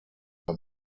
der